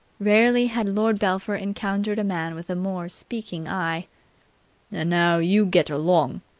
rarely had lord belpher encountered a man with a more speaking eye. and now you get along,